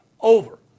over